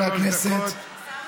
חברי הכנסת,